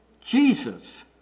Jesus